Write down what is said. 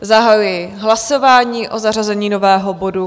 Zahajuji hlasování o zařazení nového bodu.